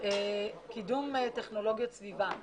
השקף הבא, קידום טכנולוגיות סביבה.